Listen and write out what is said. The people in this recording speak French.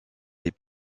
les